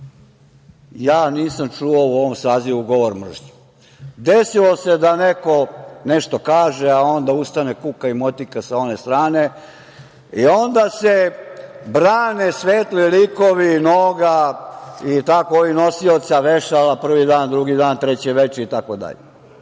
nisam čuo u ovom sazivu govor mržnje. Desilo se da neko nešto kaže, a onda ustane kuka i motika sa one strane i onda se brane svetli likovi Noga i ovih nosilaca vešala prvi dan, drugi dan, treće veče itd.